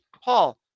Paul